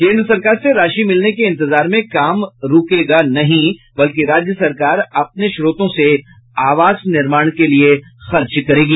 केन्द्र सरकार से राशि मिलने के इंतजार में काम रूकेगा नहीं बल्कि राज्य सरकार अपने श्रोतों से आवास निर्माण के लिए खर्च करेगी